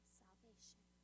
salvation